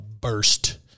burst